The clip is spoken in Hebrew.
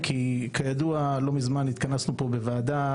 לא מזמן התכנסנו פה בוועדה,